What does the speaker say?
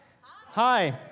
Hi